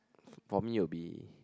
for me will be